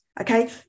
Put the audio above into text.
okay